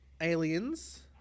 Aliens